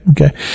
Okay